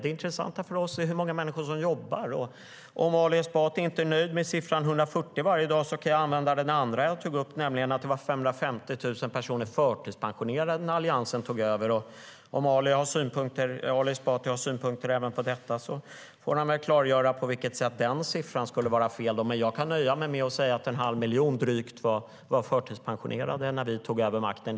Det intressanta för oss är hur många människor som jobbar. Om Ali Esbati inte är nöjd med siffran 140 per dag kan jag använda den andra siffran jag tog upp, 550 000. Det var antalet personer som var förtidspensionerade när Alliansen tog över. Om Ali Esbati har synpunkter även på det får han väl klargöra på vilket sätt den siffran skulle vara fel. Jag kan nöja mig med att säga att drygt en halv miljon var förtidspensionerade när vi tog över makten.